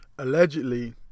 Allegedly